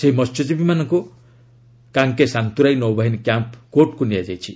ସେହି ମହ୍ୟଜୀବୀମାନଙ୍କୁ କାଙ୍କେସାନ୍ତୁରାଇ ନୌବାହିନୀ କ୍ୟାମ୍ପ୍ କୋର୍ଟ୍କୁ ନିଆଯାଇଛି